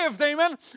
amen